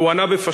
והוא ענה בפשטות: